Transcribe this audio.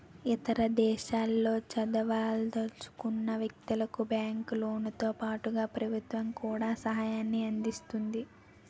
ఇతర దేశాల్లో చదవదలుచుకున్న వ్యక్తులకు బ్యాంకు లోన్లతో పాటుగా ప్రభుత్వం కూడా సహాయాన్ని అందిస్తుంది